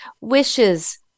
wishes